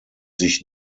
sich